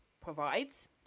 provides